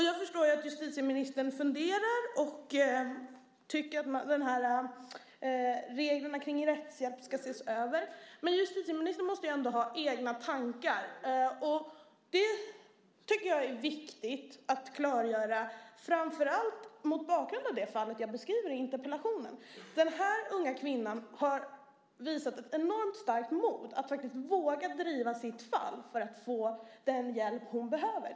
Jag förstår att justitieministern funderar och tycker att reglerna kring rättshjälp ska ses över, men justitieministern måste ju ändå ha egna tankar om detta. Det tycker jag är viktigt att klargöra, framför allt mot bakgrund av det fall jag beskriver i interpellationen. Den här unga kvinnan har visat ett enormt starkt mod när det gäller att våga driva sitt fall för att få den hjälp hon behöver.